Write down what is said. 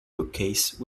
bookcase